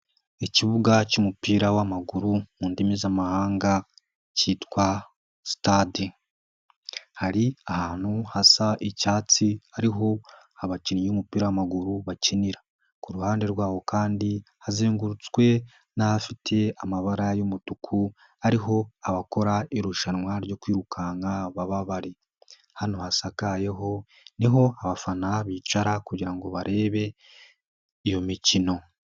Ikibuga cy'umupira w'amaguru mu ndimi z'amahanga cyitwa sitade, hari ahantu hasa icyatsi hariho abakinnyi b'umupira w'amaguru bakinira, ku ruhande rwaho kandi hazengurutswe n'ahafite amabara y'umutuku ariho abakora irushanwa ryo kwirukanka baba bari, hano hasakaye ho ni ho abafana bicara kugira ngo barebe iyo mikino.